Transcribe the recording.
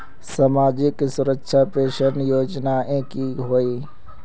सामाजिक सुरक्षा पेंशन योजनाएँ की होय?